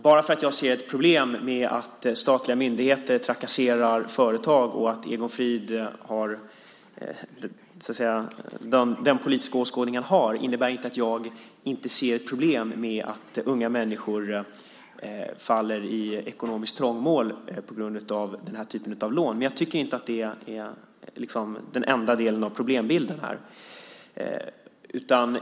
Bara för att jag ser ett problem med att statliga myndigheter trakasserar företag och för att Egon Frid har den politiska åskådning han har innebär inte det att jag inte ser ett problem med att unga människor hamnar i ekonomiskt trångmål på grund av den här typen av lån. Men jag tycker inte att det är den enda delen av problembilden.